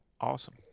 Awesome